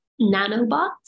nanobots